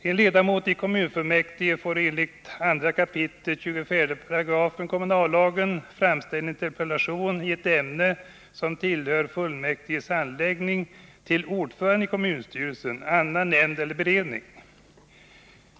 En ledamot i kommunfullmäktige får enligt 2 kap. 24 § kommunallagen framställa interpellation i ett ämne som tillhör fullmäktiges handläggning till ordföranden i kommunstyrelsen, annan nämnd eller beredning.